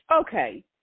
okay